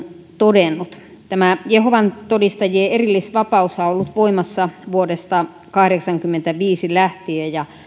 todennut tämä jehovan todistajien erillisvapaushan on ollut voimassa vuodesta kahdeksankymmentäviisi lähtien ja